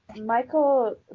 Michael